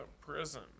prison